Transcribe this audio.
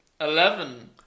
Eleven